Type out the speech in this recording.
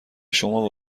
شما